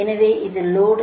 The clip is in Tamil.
எனவே இது லோடு